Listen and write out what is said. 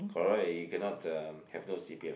correct you cannot the you have no P_R